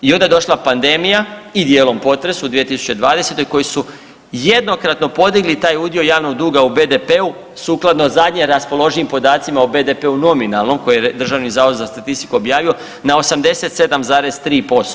I onda je došla pandemija i dijelom potres u 2020. koji su jednokratno podigli taj udio javnog duga u BDP-u sukladno zadnje raspoloživim podacima o BDP-u nominalnom koji je Državni zavod za statistiku objavio na 87,3%